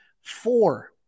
four